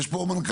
יש פה מנכ"לים,